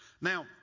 Now